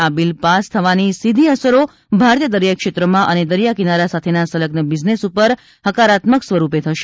આ bill pass થવાની સીધી અસરો ભારતીય દરિયાઈ ક્ષેત્રમાં અને દરિયા કિનારા સાથેના સંલગ્ન બિઝનેસ પર હકારાત્મક સ્વરૂપે થશે